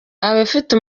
abafite